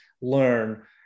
learn